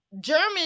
German